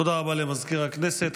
תודה רבה למזכיר הכנסת.